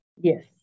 Yes